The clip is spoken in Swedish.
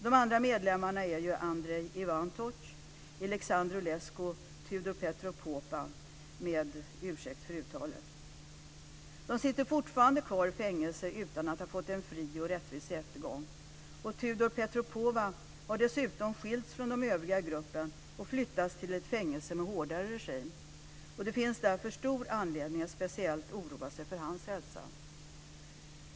De andra medlemmarna är Andrei Ivantoc, Alexandru De sitter fortfarande kvar i fängelse utan att ha fått en fri och rättvis rättegång. Tudor Petrov-Popa har dessutom skilts från de övriga i gruppen och flyttats till ett fängelse med hårdare regim. Det finns därför stor anledning att speciellt oroa sig för hans hälsa.